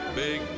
big